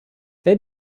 they